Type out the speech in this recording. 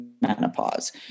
menopause